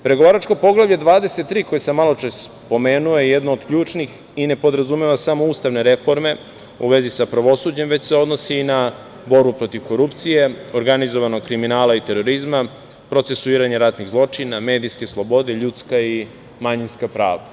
Pregovaračko poglavlje 23, koje sam maločas pomenuo, je jedno od ključnih i ne podrazumeva samo ustavne reforme u vezi sa pravosuđem, već se odnosi i na borbu protiv korupcije, organizovanog kriminala i terorizma, procesuiranja ratnih zločina, medijske slobode, ljudska i manjinska prava.